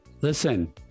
Listen